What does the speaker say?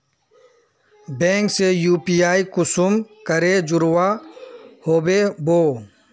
Bank से UPI कुंसम करे जुड़ो होबे बो?